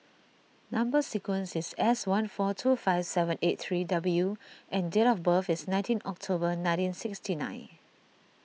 Number Sequence is S one four two five seven eight three W and date of birth is nineteen October nineteen sixty nine